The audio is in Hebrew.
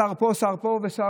שר פה ושר פה וזהו,